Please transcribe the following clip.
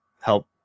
help